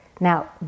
Now